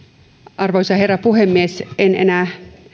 arvoisa herra puhemies en enää